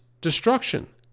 Destruction